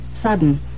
Sudden